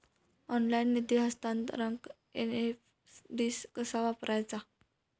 Online निधी हस्तांतरणाक NEFT कसा वापरायचा?